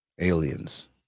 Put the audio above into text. aliens